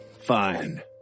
Fine